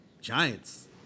Giants